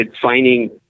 finding